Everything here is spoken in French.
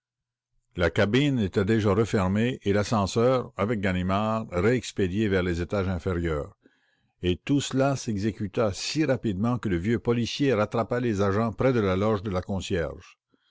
la cabine était déjà refermée et l'ascenseur avec ganimard réexpédié vers les étages inférieurs et tout cela s'exécuta si rapidement que le vieux policier rattrapa les agents près de la loge de la concierge